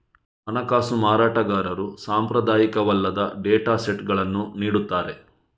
ಹಣಕಾಸು ಮಾರಾಟಗಾರರು ಸಾಂಪ್ರದಾಯಿಕವಲ್ಲದ ಡೇಟಾ ಸೆಟ್ಗಳನ್ನು ನೀಡುತ್ತಾರೆ